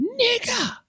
nigger